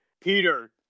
Peter